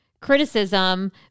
criticism